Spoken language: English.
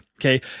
Okay